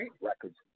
records